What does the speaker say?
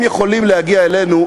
הם יכולים להגיע אלינו,